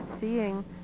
seeing